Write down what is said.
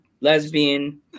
lesbian